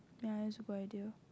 ya that's a good idea